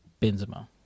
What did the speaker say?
Benzema